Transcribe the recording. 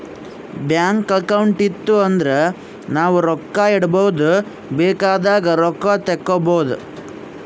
bank account ಇತ್ತು ಅಂದುರ್ ನಾವು ರೊಕ್ಕಾ ಇಡ್ಬೋದ್ ಬೇಕ್ ಆದಾಗ್ ರೊಕ್ಕಾ ತೇಕ್ಕೋಬೋದು